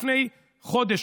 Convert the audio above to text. לפני חודש,